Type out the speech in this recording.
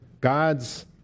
God's